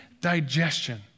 digestion